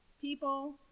people